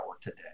today